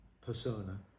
persona